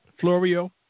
Florio